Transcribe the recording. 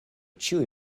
ĉiuj